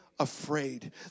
afraid